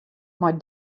mei